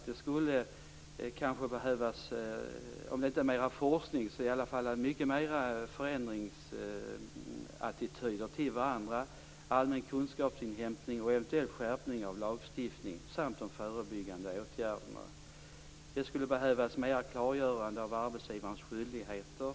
Det skulle kanske behövas - om inte mer forskning så i alla fall mycket mer förändringsattityder, allmän kunskapsinhämtning och eventuellt en skärpning av lagstiftningen och de förebyggande åtgärderna. Det skulle behövas bättre klargörande av arbetsgivarens skyldigheter.